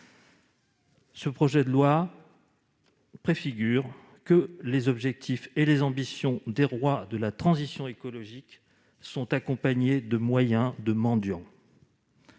Ce projet de loi préfigure que les objectifs et les ambitions des rois de la transition écologique sont accompagnés de moyens de mendiants.